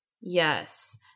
Yes